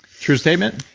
true statement?